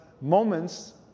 moments